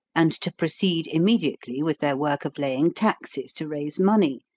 and to proceed immediately with their work of laying taxes to raise money,